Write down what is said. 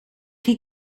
chi